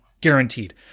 Guaranteed